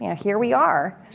yeah here we are.